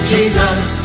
Jesus